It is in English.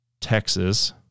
Texas